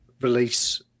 release